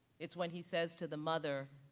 it's when he says to the mother,